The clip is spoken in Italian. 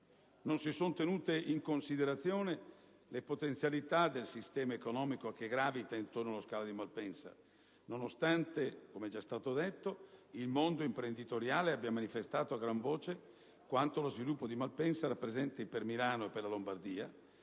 Non si sono tenute in considerazione le potenzialità del sistema economico che gravita intorno allo scalo di Malpensa, nonostante - come è già stato evidenziato - il mondo imprenditoriale abbia manifestato a gran voce quanto lo sviluppo di Malpensa rappresenti per Milano e per la Lombardia